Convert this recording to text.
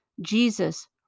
Jesus